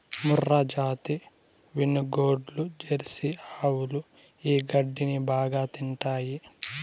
మూర్రాజాతి వినుగోడ్లు, జెర్సీ ఆవులు ఈ గడ్డిని బాగా తింటాయి